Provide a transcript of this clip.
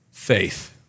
faith